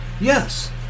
Yes